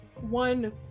one